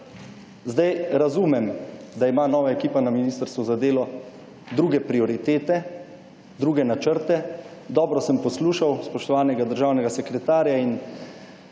Zdaj, razumem, da ima nova ekipa na Ministrstvu za delo druge prioritete, druge načrte. Dobro sem poslušal spoštovanega državnega sekretarja in